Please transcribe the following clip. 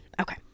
Okay